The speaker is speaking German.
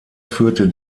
führte